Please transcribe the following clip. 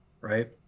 right